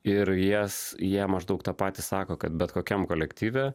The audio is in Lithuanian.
ir jas jie maždaug tą patį sako kad bet kokiam kolektyve